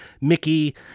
Mickey